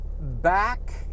back